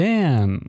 Dan